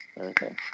Okay